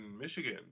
Michigan